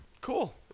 Cool